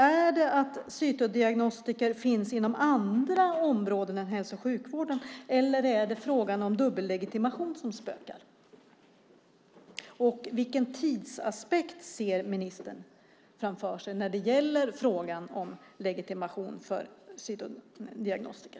Är det att cytodiagnostiker finns inom andra områden än inom hälso och sjukvården, eller är det frågan om dubbellegitimation som spökar? Vilken tidsaspekt ser ministern framför sig när det gäller frågan om legitimation för cytodiagnostiker?